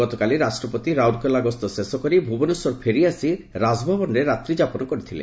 ଗତକାଲି ରାଉରକେଲା ଗସ୍ତ ଶେଷକରି ଭୁବନେଶ୍ୱର ଫେରି ଆସି ରାଜଭବନରେ ରାତ୍ରି ଯାପନ କରିଥିଲେ